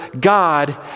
God